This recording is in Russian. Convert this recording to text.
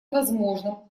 возможным